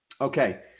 Okay